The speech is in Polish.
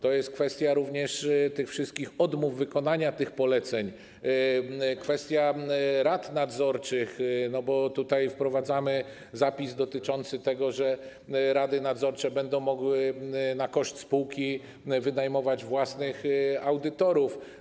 To jest kwestia również tych wszystkich odmów wykonania tych poleceń, kwestia rad nadzorczych, bo tutaj wprowadzamy zapis dotyczący tego, że rady nadzorcze będą mogły na koszt spółki wynajmować własnych audytorów.